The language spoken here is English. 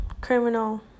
criminal